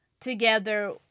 together